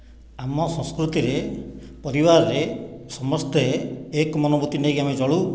ଆମ ସଂସ୍କୃତିରେ ପରିବାରରେ ସମସ୍ତେ ଏକ ମନୋବୃତ୍ତି ନେଇକି ଆମେ ଚଳୁ